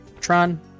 Tron